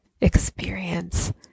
experience